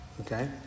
Okay